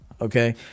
okay